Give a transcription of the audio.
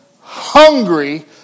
hungry